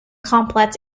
complex